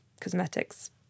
cosmetics